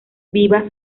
viva